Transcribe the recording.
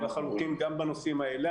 ולחלוטין גם בנושאים האלה.